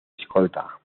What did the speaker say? escolta